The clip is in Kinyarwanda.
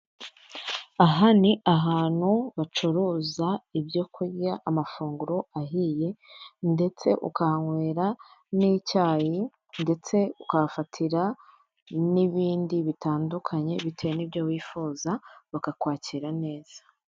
Aha ni ahantu bacuruza ibyo kurya amafunguro ahiye, ndetse ukanywera n'icyayi, ndetse ukafatira n'ibindi bitandukanye, bitewe n'ibyo wifuza bakakwakira neza.